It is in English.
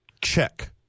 check